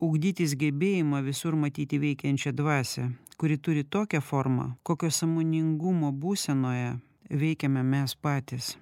ugdytis gebėjimą visur matyti veikiančią dvasią kuri turi tokią formą kokio sąmoningumo būsenoje veikiame mes patys